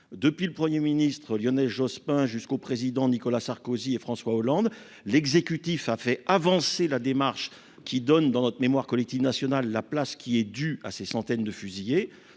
Depuis le 1er ministre Lionel Jospin jusqu'au président Nicolas Sarkozy et François Hollande. L'exécutif a fait avancer la démarche qui donne dans notre mémoire collective nationale la place qui est dû à ces centaines de fusiller